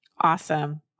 Awesome